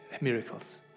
miracles